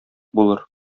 булыр